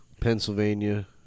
Pennsylvania